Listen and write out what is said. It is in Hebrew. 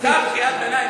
סתם קריאת ביניים,